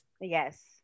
Yes